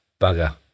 bugger